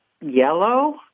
yellow